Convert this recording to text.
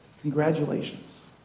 congratulations